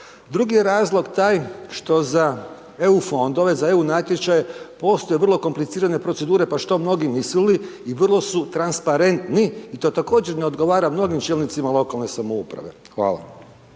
Drugi je razlog taj što za EU fondove, za EU natječaje postoje vrlo komplicirane procedure, pa što mnogi mislili, i vrlo su transparentni i to također ne odgovara mnogim čelnicima lokalne samouprave. Hvala.